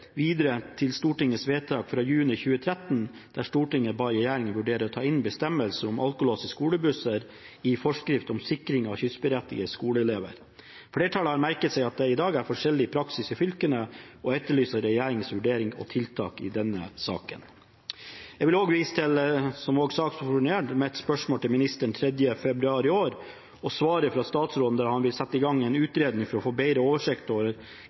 videre til Stortingets vedtak fra juni 2013, der Stortinget ba regjeringen vurdere å ta inn bestemmelser om alkolås i skolebusser i «forskrift om sikring av skyssberettigede skoleelever». Flertallet har merket seg at det i dag er forskjellig praksis i fylkene, og etterlyser regjeringens vurdering og tiltak i denne saken.» Jeg vil vise til, som også saksordføreren gjorde, mitt spørsmål til ministeren 4. februar i år, og svaret fra statsråden, der han skriver at han vil sette i gang en utredning for å få bedre